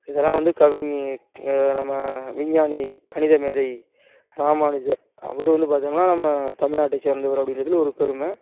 இதெல்லாம் வந்து கவிங் நம்ம விஞ்ஞானி கணித மேதை ராமானுஜர் அவரு வந்து பார்த்திங்கனா நம்ம தமிழ்நாட்டைச் சேர்ந்தவர் அப்படின்றதுல ஒரு பெருமை